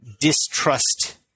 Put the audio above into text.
distrust